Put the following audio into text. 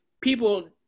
people